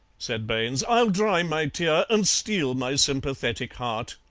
said baines, i'll dry my tear, and steel my sympathetic heart.